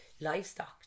livestock